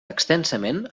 extensament